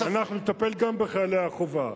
אנחנו נטפל גם בחיילי החובה.